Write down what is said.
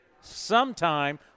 sometime